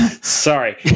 Sorry